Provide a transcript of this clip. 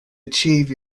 achieve